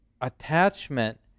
attachment